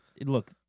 Look